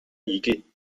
igel